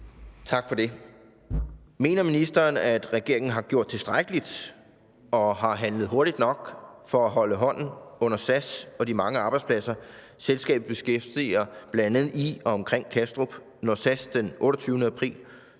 Tak for det. Mener ministeren, at regeringen har gjort tilstrækkeligt – og har handlet hurtigt nok – for at holde hånden under SAS og de mange arbejdspladser, selskabet beskæftiger bl.a. i og omkring Kastrup, når SAS den 28. april